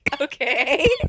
Okay